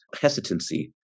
hesitancy